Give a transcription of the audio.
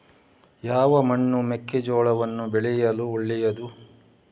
ಯಾವ ಮಣ್ಣು ಮೆಕ್ಕೆಜೋಳವನ್ನು ಬೆಳೆಯಲು ಒಳ್ಳೆಯದು?